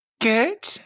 Good